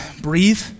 breathe